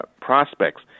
prospects